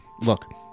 Look